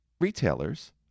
retailers